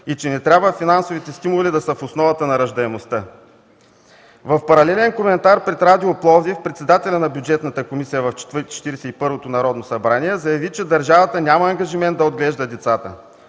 и че не трябва финансовите стимули да са в основата на раждаемостта. В паралелен коментар пред радио „Пловдив” председателят на Бюджетната комисия в Четиридесет и първото Народно събрание заяви, че държавата няма ангажимент да отглежда децата.